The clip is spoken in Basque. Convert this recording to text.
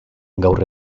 gaur